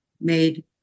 made